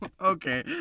Okay